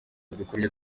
udukoryo